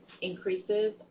increases